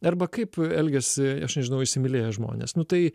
arba kaip elgiasi aš nežinau įsimylėję žmonės nu tai